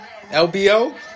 LBO